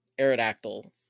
Aerodactyl